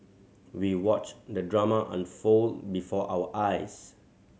we watched the drama unfold before our eyes